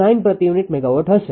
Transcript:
99 પ્રતિ unit megawatt હશે